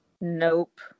Nope